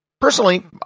Personally